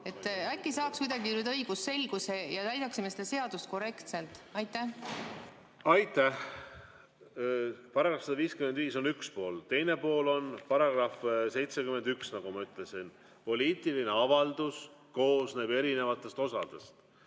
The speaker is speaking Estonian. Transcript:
Äkki saaks kuidagi õigusselgust ja täidaksime seda seadust korrektselt? Aitäh! Paragrahv 155 on üks pool, teine pool on § 71, nagu ma ütlesin. Poliitiline avaldus koosneb erinevatest osadest: